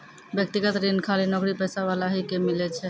व्यक्तिगत ऋण खाली नौकरीपेशा वाला ही के मिलै छै?